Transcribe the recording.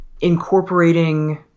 incorporating